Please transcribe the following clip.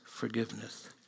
forgiveness